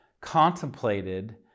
contemplated